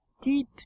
deep